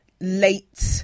late